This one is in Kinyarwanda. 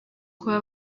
kuba